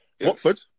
Watford